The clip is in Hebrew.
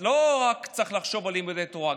לא צריך לחשוב רק על לימודי תורה,